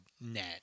net